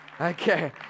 Okay